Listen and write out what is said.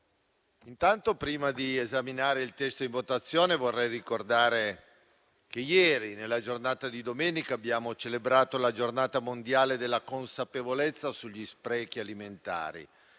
intanto, prima di esaminare il testo in esame, vorrei ricordare che ieri, nella giornata di domenica, abbiamo celebrato la Giornata mondiale della consapevolezza sugli sprechi alimentari.